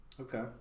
Okay